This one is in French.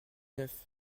neuf